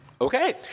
Okay